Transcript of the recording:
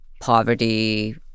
poverty